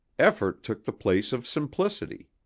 effort took the place of simplicity.